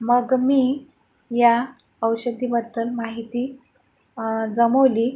मग मी या औषधीबद्दल माहिती जमवली